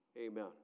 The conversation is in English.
Amen